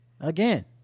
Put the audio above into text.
again